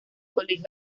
colegio